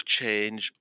change